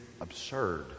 absurd